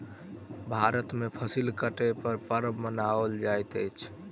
भारत में फसिल कटै पर पर्व मनाओल जाइत अछि